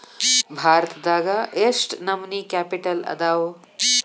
ಭಾರತದಾಗ ಯೆಷ್ಟ್ ನಮನಿ ಕ್ಯಾಪಿಟಲ್ ಅದಾವು?